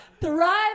thrive